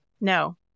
No